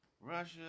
Russia